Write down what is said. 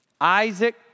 Isaac